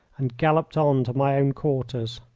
and galloped on to my own quarters.